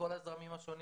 מכל הזרמים השונים,